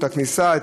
בכניסה,